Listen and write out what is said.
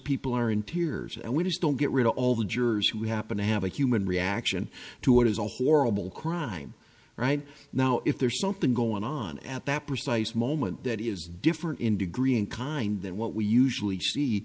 people are in tears and we just don't get rid of all the jurors who happen to have a human reaction to what is a horrible crime right now if there's something going on at that precise moment that is different in degree in kind than what we usually see